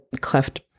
cleft